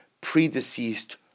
predeceased